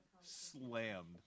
slammed